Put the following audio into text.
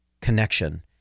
connection